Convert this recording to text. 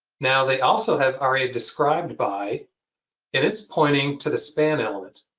now, they also have aria described by and it's pointing to the span element.